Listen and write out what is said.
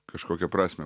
kažkokią prasmę